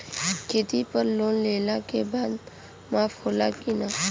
खेती पर लोन लेला के बाद माफ़ होला की ना?